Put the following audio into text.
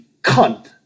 cunt